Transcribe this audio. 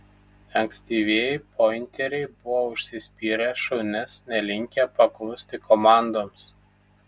ankstyvieji pointeriai buvo užsispyrę šunys nelinkę paklusti komandoms